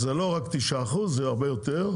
זה לא רק 9%, זה הרבה יותר.